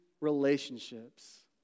relationships